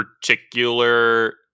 Particular